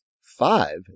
five